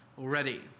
already